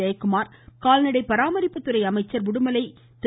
ஜெயக்குமார் கால்நடை பராமரிப்புத்துறை அமைச்சர் உடுமலை திரு